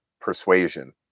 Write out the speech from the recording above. persuasion